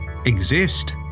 Exist